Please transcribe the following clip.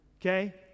Okay